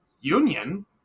Union